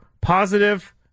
positive